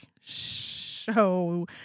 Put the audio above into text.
show